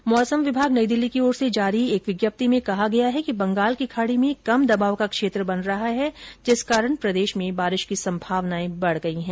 भारतीय मौसम विभाग नई दिल्ली की ओर से जारी एक विज्ञप्ति में कहा गया है कि बंगाल की खाड़ी में कम दवाब का क्षेत्र बन रहा है जिस कारण प्रदेश में बारिश की संभावना बढ गई है